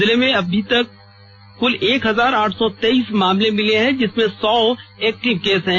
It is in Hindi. जिले में अभी तक क्ले एक हजार आठ सौ तेईस मामले मिले जिसमें सौ एक्टिव केस हैं